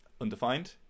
Undefined